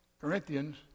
Corinthians